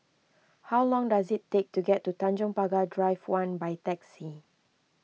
how long does it take to get to Tanjong Pagar Drive one by taxi